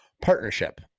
partnership